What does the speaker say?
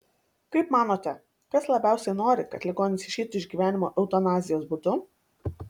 kaip manote kas labiausiai nori kad ligonis išeitų iš gyvenimo eutanazijos būdu